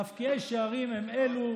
מפקיעי שערים הם אלו